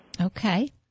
Okay